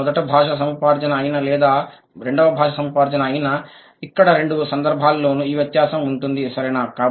అది మొదటి భాషా సముపార్జన అయినా లేదా రెండవ భాషా సముపార్జన అయినా ఇక్కడ రెండు సందర్భాల్లోనూ ఈ వ్యత్యాసం ఉంటుంది సరేనా